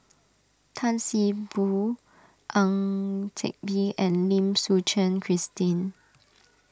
Tan See Boo Ang Teck Bee and Lim Suchen Christine